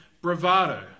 bravado